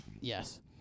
yes